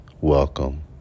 welcome